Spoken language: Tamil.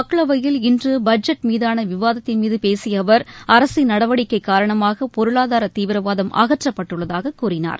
மக்களவையில் இன்று பட்ஜெட் மீதான விவாதத்தின்மீது பேசிய அவர் அரசின் நடவடிக்கை காரணமாக பொருளாதார தீவிரவாதம் அகற்றப்பட்டுள்ளதாக கூறினார்